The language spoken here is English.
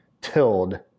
tilled